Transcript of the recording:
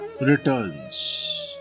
returns